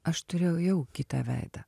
aš turėjau jau kitą veidą